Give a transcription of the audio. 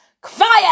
Quiet